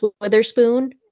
Witherspoon